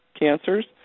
cancers